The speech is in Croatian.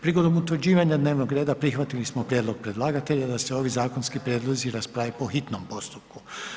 Prigodom utvrđivanja dnevnog reda prihvatili smo prijedlog predlagatelja da se ovi zakonski prijedlozi rasprave po hitnom postupku.